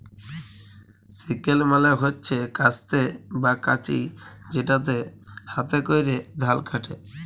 sickle মালে হচ্যে কাস্তে বা কাঁচি যেটাতে হাতে ক্যরে ধাল কাটে